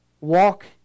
Walk